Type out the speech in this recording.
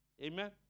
Amen